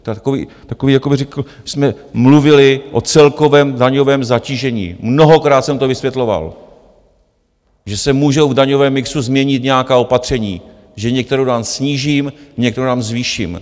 Takový, takový, jakoby jsme mluvili o celkovém daňovém zatížení, mnohokrát jsem to vysvětloval, že se můžou v daňovém mixu změnit nějaká opatření, že některou daň snížím, některou daň zvýším.